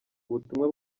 ubutumwa